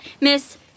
Miss